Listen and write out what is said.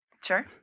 Sure